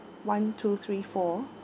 one two three four